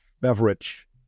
beverage